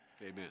Amen